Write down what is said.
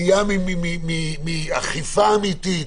סטייה מאכיפה אמיתית.